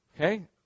Okay